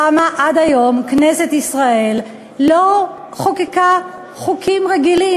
למה עד היום כנסת ישראל לא חוקקה חוקים רגילים?